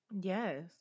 yes